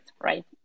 right